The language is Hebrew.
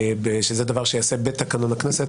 שזה דבר שייעשה בתקנון הכנסת,